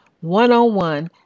one-on-one